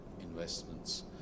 investments